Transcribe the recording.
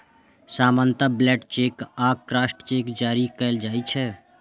सामान्यतः blank cheque आ crossed cheque जारी कैल जाइ छै